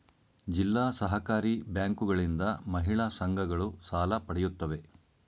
ಜಿಲ್ಲಾ ಸಹಕಾರಿ ಬ್ಯಾಂಕುಗಳಿಂದ ಮಹಿಳಾ ಸಂಘಗಳು ಸಾಲ ಪಡೆಯುತ್ತವೆ